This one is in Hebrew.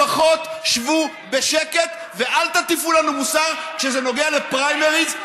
לפחות שבו בשקט ואל תטיפו לנו מוסר כשזה נוגע לפריימריז,